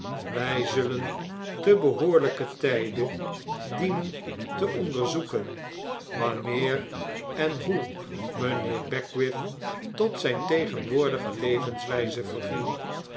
wy zullen te behoorlijken tijde dienen te onderzoeken wanneer en hoe mynheer beckwith tot zijn tegenwoordige levenswyze verviel